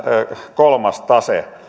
kolmas tase